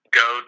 go